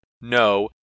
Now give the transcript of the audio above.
no